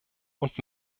und